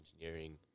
engineering